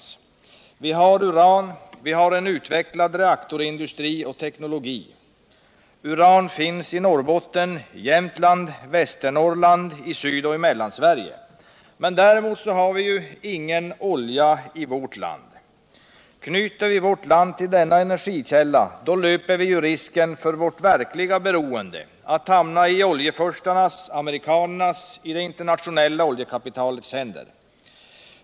Vi har uran och vi har en utvecklad reaktorindustri och Energiforskning, teknologi. Uran finns i Norrbotten. i Jämtland, Västernorrland och i Svd och Mellansverige. Däremot har vi ingen olja i vårt land. Knyter vi vårt land till denna energikälla, då löper vi risken av ett verkligt beroende, att hamna i oljefurstarnas, amerikanernas och det internationella oljekapitalets händer.